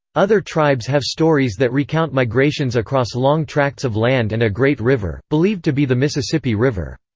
other tribes have stories that recount migrations across long tracts of land and a great river, believed to be the mississippi river.